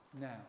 Now